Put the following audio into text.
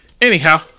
anyhow